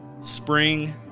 spring